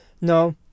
No